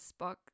Spock